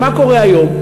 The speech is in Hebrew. כי מה קורה היום?